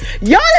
y'all